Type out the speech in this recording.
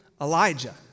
Elijah